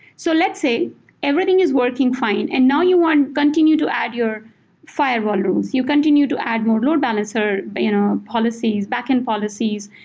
so let's say everything is working fine and now you want to continue to add your firewall rules. you continue to add more load balancer but you know policies, backend policies.